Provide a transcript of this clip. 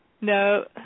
No